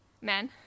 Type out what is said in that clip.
Men